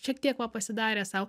šiek tiek va pasidarė sau